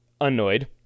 annoyed